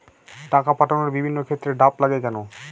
টাকা পাঠানোর বিভিন্ন ক্ষেত্রে ড্রাফট লাগে কেন?